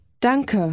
Danke